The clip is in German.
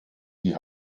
die